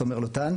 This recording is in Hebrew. תומר לוטן.